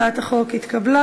הצעת החוק התקבלה